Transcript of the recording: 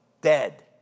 dead